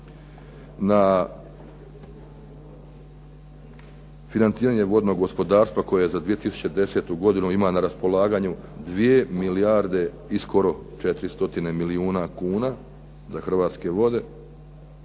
na financiranje vodnog zakonodavstva koje za 2010. godinu ima na raspolaganju dvije milijarde i skoro četiri stotine milijuna kuna za Hrvatske vode.